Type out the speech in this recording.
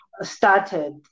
started